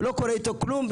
לא קורה איתו כלום.